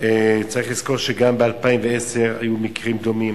צריך לזכור שגם ב-2010 היו מקרים דומים.